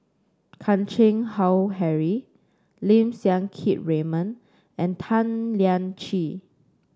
Chan Keng Howe Harry Lim Siang Keat Raymond and Tan Lian Chye